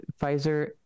Pfizer